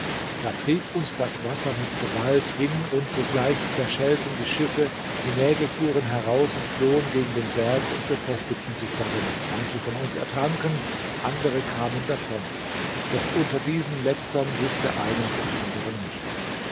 da trieb uns das wasser mit gewalt hin und sogleich zerschellten die schiffe die nägel fuhren heraus und flogen gegen den berg und befestigten sich darin manche von uns ertranken andere kamen davon doch unter diesen letztern wußte einer vom anderen nichts